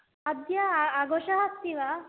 अद्य आघोषः अस्ति वा